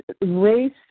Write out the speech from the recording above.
race